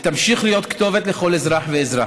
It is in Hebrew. ותמשיך להיות כתובת לכל אזרח ואזרח.